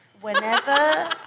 Whenever